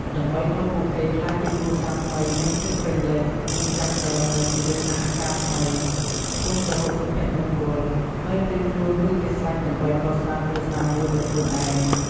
ដើម្បីឲ្យពួកគេក្លាយជាគ្រួសារថ្មីមានសិទ្ធិពេញលេញ និងចាប់ផ្ដើមនូវជីវិតសហការថ្មីឆ្ពោះទៅរកសុភមង្គល ហើយត្រៀមខ្លួនរួចជាស្រេចដើម្បីកសាងគ្រួសារមួយដោយខ្លួនឯង។